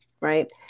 right